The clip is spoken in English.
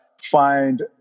find